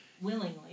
Willingly